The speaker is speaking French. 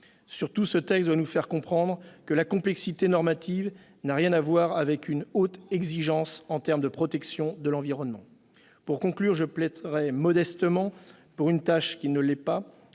Surtout, ce texte doit nous faire comprendre que la complexité normative n'a rien à voir avec une haute exigence en termes de protection de l'environnement. Pour conclure, je plaiderai modestement pour une tâche qui, elle, ne l'est pas